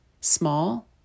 small